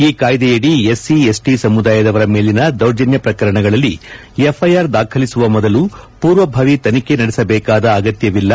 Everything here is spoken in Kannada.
ಈ ಕಾಯ್ದೆಯಡಿ ಎಸ್ತಿ ಎಸ್ಸಿ ಸಮುದಾಯದವರ ಮೇಲಿನ ದೌರ್ಜನ್ನ ಪ್ರಕರಣಗಳಲ್ಲಿ ಎಫ್ಐಆರ್ ದಾಖಲಿಸುವ ಮೊದಲು ಪೂರ್ವಭಾವಿ ತನಿಖೆ ನಡೆಸಬೇಕಾದ ಅಗತ್ತವಿಲ್ಲ